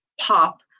pop